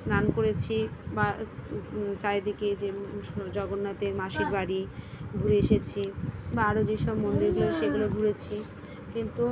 স্নান করেছি বা চারিদিকে যে জগন্নাথের মাসির বাড়ি ঘুরে এসেছি বা আরও যেসব মন্দিরগুলো সেগুলো ঘুরেছি কিন্তু